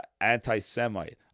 anti-Semite